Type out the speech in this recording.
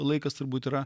laikas turbūt yra